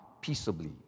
peaceably